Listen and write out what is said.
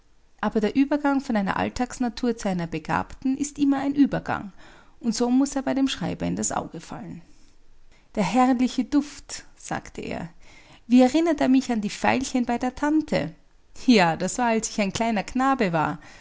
aber der übergang von einer alltagsnatur zu einer begabten ist immer ein übergang und so muß er bei dem schreiber in das auge fallen der herrliche duft sagte er wie erinnert er mich an die veilchen bei der tante ja das war als ich ein kleiner knabe war